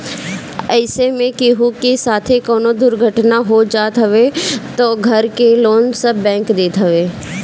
अइसे में केहू के साथे कवनो दुर्घटना हो जात हवे तअ घर के लोन सब बैंक देत हवे